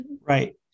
Right